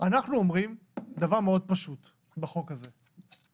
אנחנו אומרים דבר מאוד פשוט בחוק הזה.